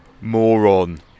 Moron